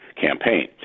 campaign